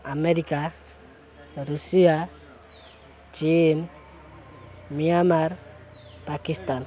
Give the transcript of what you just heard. America Russia ଚୀନ Myanmar Pakistan